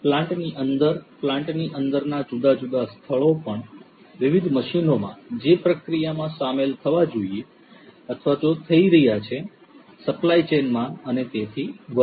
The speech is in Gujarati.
પ્લાન્ટની અંદર પ્લાન્ટની અંદરના જુદા જુદા સ્થળો પણ વિવિધ મશીનોમાં જે પ્રક્રિયામાં સામેલ થવા જઇ રહ્યા છે સપ્લાય ચેનમાં અને તેથી વધુ